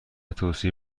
توصیه